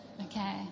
Okay